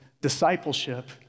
discipleship